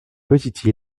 petite